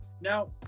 Now